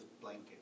blanket